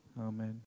Amen